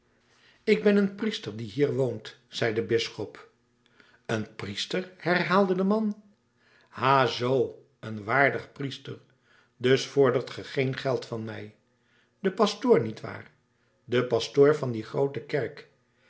ik ben een priester die hier woont zei de bisschop een priester herhaalde de man ha zoo een waardig priester dus vordert ge geen geld van mij de pastoor niet waar de pastoor van die groote kerk